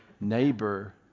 neighbor